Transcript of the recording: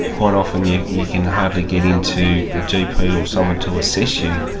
quite often, you you can hardly get into a gp or someone to assess you,